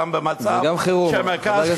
גם במצב שמרכז חירום,